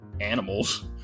animals